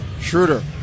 Schroeder